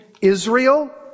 Israel